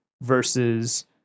versus